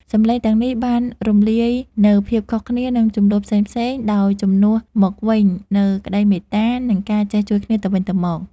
សម្លេងទាំងនេះបានរំលាយនូវភាពខុសគ្នា និងជម្លោះផ្សេងៗ ដោយជំនួសមកវិញនូវក្តីមេត្តា និងការចេះជួយគ្នាទៅវិញទៅមក។